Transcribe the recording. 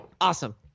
awesome